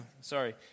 sorry